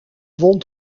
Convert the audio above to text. wond